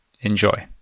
Enjoy